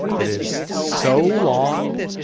it is so long.